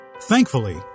thankfully